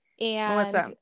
Melissa